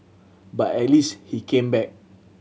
but at least he came back